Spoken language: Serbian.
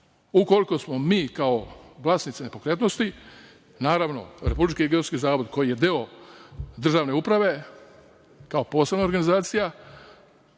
Ukoliko smo mi kao vlasnici nepokretnosti, naravno, Republički geodetski zavod koji je deo državne uprave, kao posebna organizacija,